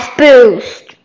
boost